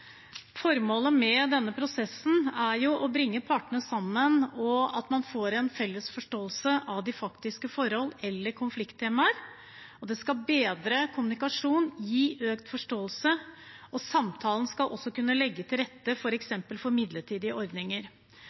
Formålet med denne prosessen er å bringe partene sammen for å få en felles forståelse av faktiske forhold eller konflikttemaer. Det skal bedre kommunikasjonen og gi økt forståelse, og samtalen skal også kunne legge til rette for f.eks. midlertidige ordninger.